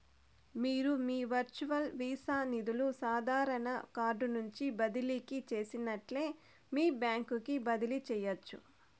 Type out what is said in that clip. మీరు మీ virtual visa నిదులు సాదారన కార్డు నుంచి బదిలీ చేసినట్లే మీ బాంక్ కి బదిలీ చేయచ్చు